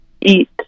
eat